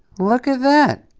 look at that.